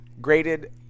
graded